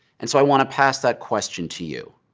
and so i want to pass that question to you.